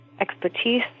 expertise